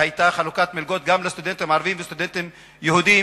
היתה חלוקת מלגות גם לסטודנטים ערבים וגם לסטודנטים יהודים,